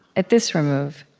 at this remove